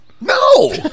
No